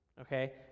okay